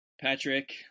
Patrick